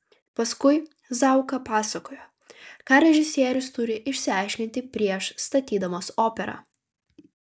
paskui zauka pasakojo ką režisierius turi išsiaiškinti prieš statydamas operą